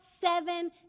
seven